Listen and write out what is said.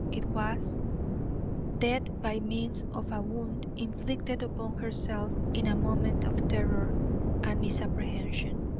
it was death by means of a wound inflicted upon herself in a moment of terror and misapprehension.